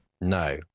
no